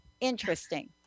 Interesting